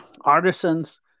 artisans